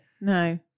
No